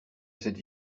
cette